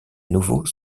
nouveau